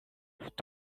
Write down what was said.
ufite